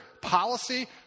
policy